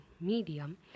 medium